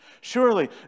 Surely